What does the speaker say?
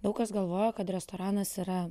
daug kas galvojo kad restoranas yra